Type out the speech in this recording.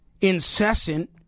incessant